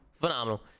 Phenomenal